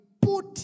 put